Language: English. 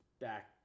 back